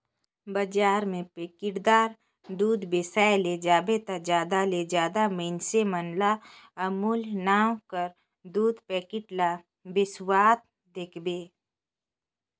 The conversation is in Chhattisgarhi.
बजार में पाकिटदार दूद बेसाए ले जाबे ता जादा ले जादा मइनसे मन ल अमूल नांव कर दूद पाकिट ल बेसावत देखबे